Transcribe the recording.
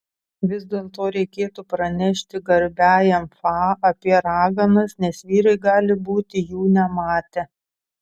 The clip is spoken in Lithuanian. vis dėlto reikėtų pranešti garbiajam fa apie raganas nes vyrai gali būti jų nematę